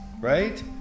Right